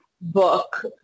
book